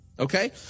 Okay